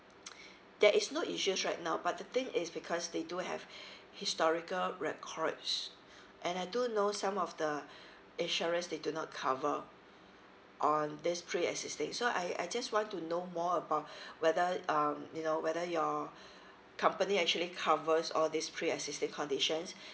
there is no issues right now but the thing is because they do have historical records and I do know some of the insurance they do not cover on this pre-existing so I I just want to know more about whether um you know whether your company actually covers all these pre-existing conditions